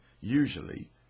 usually